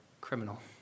criminal